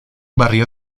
barrio